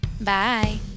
bye